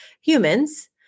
humans